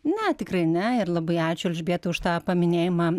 ne tikrai ne ir labai ačiū elžbieta už tą paminėjimą